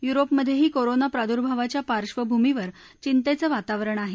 युरोपमधेही corona प्रादुर्भाव्याच्या पार्श्वभूमीवर चिंतेचं वातावरण आहे